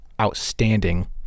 outstanding